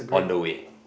on the way